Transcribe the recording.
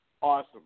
Awesome